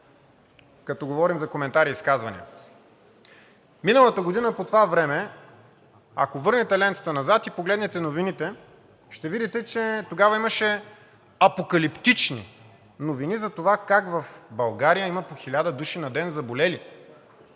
като говорим за коментари и изказвания. Миналата година по това време, ако върнете лентата назад и погледнете новините, ще видите, че тогава имаше апокалиптични новини за това как в България има по 1000 души на ден заболели.